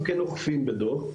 אוכפים בדוח,